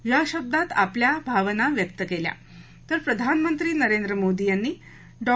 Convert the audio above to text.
या शब्दात आपला आदरभाव व्यक्त केला तर प्रधानमंत्री नरेंद्र मोदी यांनी डॉ